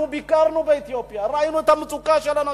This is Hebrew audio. ביקרנו באתיופיה, ראינו את המצוקה של האנשים,